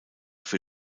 für